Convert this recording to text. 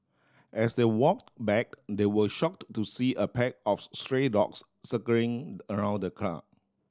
as they walked back they were shocked to see a pack of stray dogs circling around the car